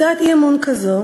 הצעת אי-אמון כזו,